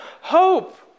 hope